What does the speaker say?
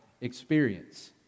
experience